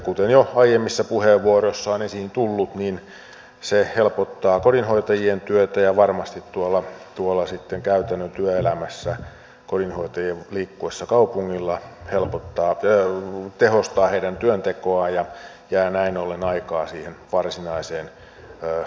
kuten jo aiemmissa puheenvuoroissa on esiin tullut se helpottaa kodinhoitajien työtä ja varmasti käytännön työelämässä kodinhoitajien liikkuessa kaupungilla tehostaa heidän työntekoaan ja näin ollen jää aikaa siihen varsinaiseen tehtävään eli ihmisten hoitamiseen